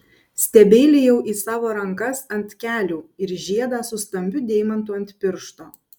stebeilijau į savo rankas ant kelių ir žiedą su stambiu deimantu ant piršto